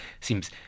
seems